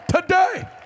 today